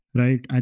right